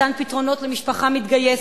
מתן פתרונות למשפחה המתגייסת,